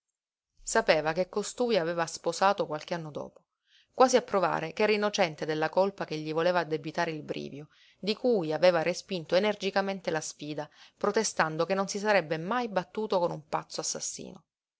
sapeva che costui aveva sposato qualche anno dopo quasi a provare ch'era innocente della colpa che gli voleva addebitare il brivio di cui aveva respinto energicamente la sfida protestando che non si sarebbe mai battuto con un pazzo assassino